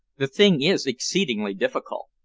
the thing is exceedingly difficult.